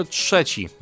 trzeci